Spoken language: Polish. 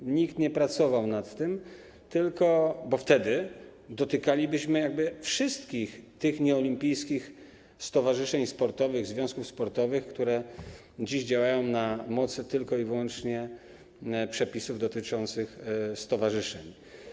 Nikt nad tym nie pracował, bo wtedy dotykalibyśmy spraw wszystkich tych nieolimpijskich stowarzyszeń sportowych, związków sportowych, które dziś działają na mocy tylko i wyłącznie przepisów dotyczących stowarzyszeń.